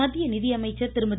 மத்திய நிதியமைச்சர் திருமதி